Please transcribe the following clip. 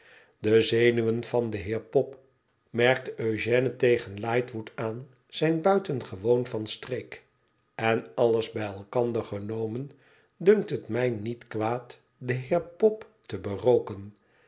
de zenuwen van den heer pop merkte eugène tegen lightwood aan zijn buitengewoon van streek en alles bij elkander genomen dunkt het mij niet kwaad den heer pop te berooken